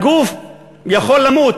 הגוף יכול למות,